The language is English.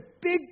big